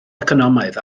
economaidd